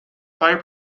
fire